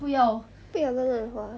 不要乱乱花